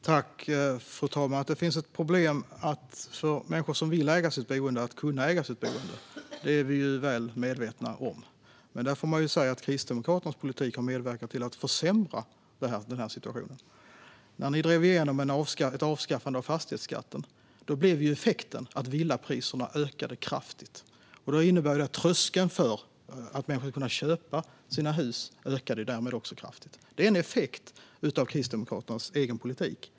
Fru ålderspresident! Att det finns ett problem för människor som vill äga sitt boende när det gäller att kunna göra det är vi väl medvetna om. Där får man säga att Kristdemokraternas politik har medverkat till att försämra situationen. När ni drev igenom ett avskaffande av fastighetsskatten blev effekten att villapriserna ökade kraftigt, och det innebar att tröskeln för att människor skulle kunna köpa sina hus blev högre. Det är en effekt av Kristdemokraternas egen politik.